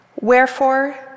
Wherefore